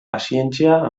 pazientzia